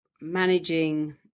managing